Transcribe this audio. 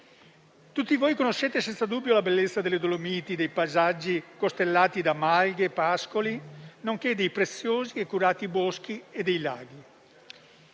Tutti voi conoscete senza dubbio la bellezza delle Dolomiti, dei paesaggi costellati da malghe e pascoli, nonché dei preziosi e curati boschi e dei laghi.